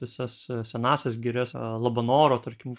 visas senąsias girias labanoro tarkim